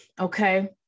Okay